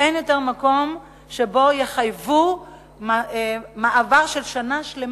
אין יותר מקום שיחייבו מעבר לשנה שלמה,